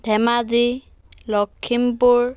Dhemaji Lakhimpur